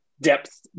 depth